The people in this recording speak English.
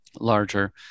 larger